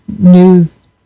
news